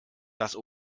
das